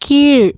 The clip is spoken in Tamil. கீழ்